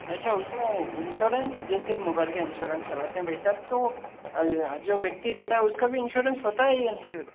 अच्छा उसमें इंश्योरेंस जैसे मोबाइल का इंश्योरेंस करवाते है भाईसाहब तो जो व्यक्ति रहता है उसका भी इंश्योरेंस होता है या नहीं हो